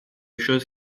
chose